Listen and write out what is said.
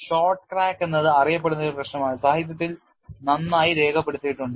short crack എന്നത് അറിയപ്പെടുന്ന ഒരു പ്രശ്നമാണ് സാഹിത്യത്തിൽ നന്നായി രേഖപ്പെടുത്തിയിട്ടുണ്ട്